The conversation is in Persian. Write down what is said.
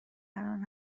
الان